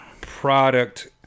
product